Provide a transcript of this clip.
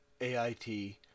AIT